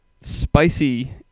spicy